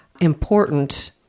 important